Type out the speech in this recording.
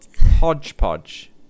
Hodgepodge